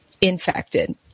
infected